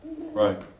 Right